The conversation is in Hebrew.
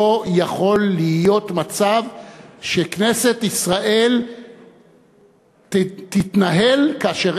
לא יכול להית מצב שכנסת ישראל תתנהל כאשר